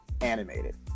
animated